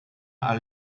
all